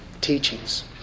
teachings